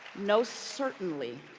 no certainly,